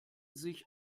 sich